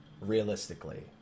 realistically